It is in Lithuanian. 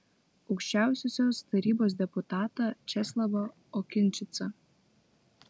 aukščiausiosios tarybos deputatą česlavą okinčicą